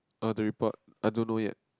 ah the report I don't know yet